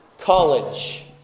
college